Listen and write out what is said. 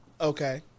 Okay